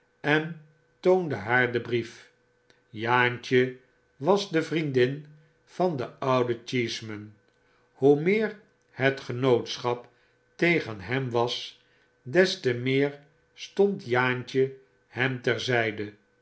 en toonde haar den brief jaantje was de vriendin van den ouden cheeseman hoe meer het genootschap tegen hem was des te meer stond jaantje hem